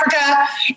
Africa